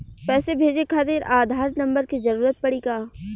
पैसे भेजे खातिर आधार नंबर के जरूरत पड़ी का?